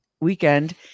weekend